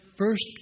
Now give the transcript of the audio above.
First